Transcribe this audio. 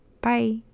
Bye